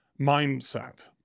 mindset